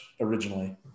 originally